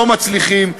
לא מצליחים,